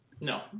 No